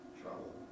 trouble